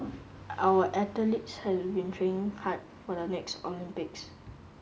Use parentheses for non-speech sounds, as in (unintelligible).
our (unintelligible) have been training hard for the next Olympics